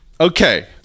Okay